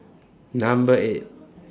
Number eight